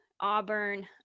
Auburn